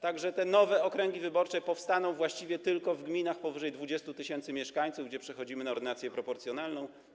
Tak że te nowe okręgi wyborcze powstaną właściwie tylko w gminach powyżej 20 tys. mieszkańców, gdzie przechodzimy na ordynację proporcjonalną.